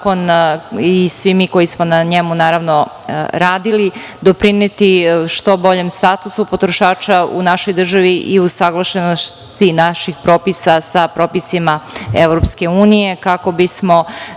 i svi mi koji smo na njemu radili doprineti što boljem statusu potrošača u našoj državi i usaglašenosti naših propisa sa propisima EU kako bi smo,